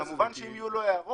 כמובן שאם יהיו לו הערות